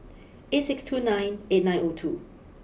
eight six two nine eight nine O two